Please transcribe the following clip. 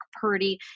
Purdy